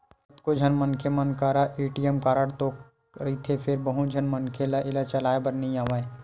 कतको झन मनखे मन करा ए.टी.एम कारड तो रहिथे फेर बहुत झन मनखे ल एला चलाए बर नइ आवय